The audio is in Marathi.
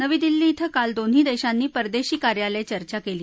नवी दिल्ली क्विं काल दोन्ही देशांनी परदेशी कार्यालय चर्चा केली